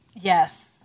yes